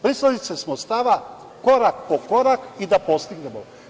Pristalice smo stava korak po korak i da postignemo.